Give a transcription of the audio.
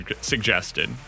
suggested